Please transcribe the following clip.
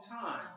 time